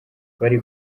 bari